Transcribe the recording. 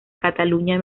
cataluña